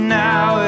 now